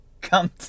come